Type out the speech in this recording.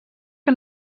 que